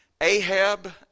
Ahab